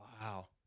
Wow